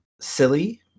silly